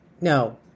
no